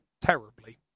terribly